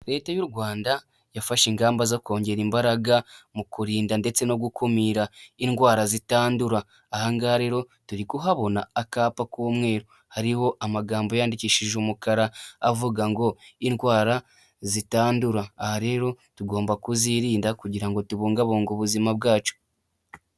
Leta y'u Rwanda yafashe ingamba zo kongera imbaraga mu kurinda ndetse no gukumira indwara zitandura, aha ngaha rero turi kuhabona akapa k'umweru hariho amagambo yandikishije umukara, avuga ngo indwara zitandura. Aha rero tugomba kuzirinda kugira ngo tubungabunge ubuzima bwacu.